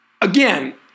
Again